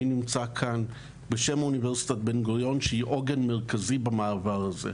אני נמצא כאן בשם אוניברסיטת בן-גוריון שהיא עוגן מרכזי במעבר הזה.